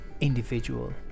individual